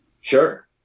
sure